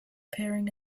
peering